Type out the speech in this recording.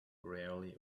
rarely